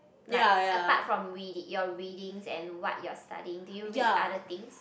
like apart from read your readings and what you are studying do you read other things